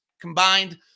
combined